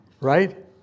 Right